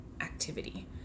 activity